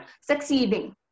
succeeding